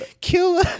kill